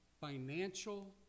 financial